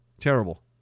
Terrible